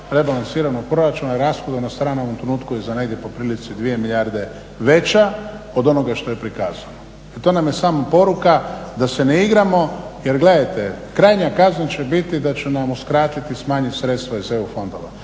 rebalansiramo proračun rashoda na stranu u ovom trenutku je za negdje po prilici 2 milijarde veća od onoga što je prikazano. I to nam je samo poruka da se ne igramo, jer gledajte krajnja kazna će biti da će nam uskratiti i smanjiti sredstva iz EU fondova